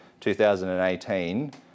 2018